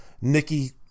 Nikki